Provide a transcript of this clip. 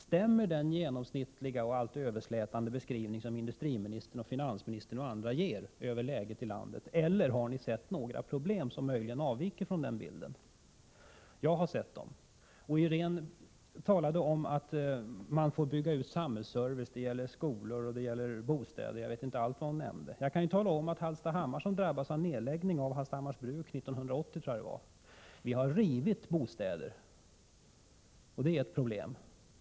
Stämmer den genomsnittliga och allt överslätande beskrivning som industriministern, finansministern och andra ger över läget i landet, eller har ni sett några problem som möjligen avviker från bilden? Jag har sett dem. Iréne Vestlund talar om att man får bygga ut samhällsservice. Det gäller skolor, bostäder och jag vet inte allt vad hon nämnde. Jag kan ju tala om att i Hallstahammar — som drabbades av nedläggningen av Hallstahammars bruk, 1980 tror jag det var — har vi rivit bostäder. Det är ett problem.